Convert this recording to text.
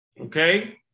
Okay